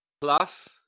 Plus